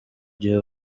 gihe